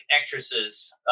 actresses